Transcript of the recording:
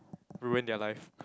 ruin their life